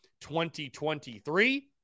2023